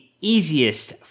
easiest